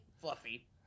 fluffy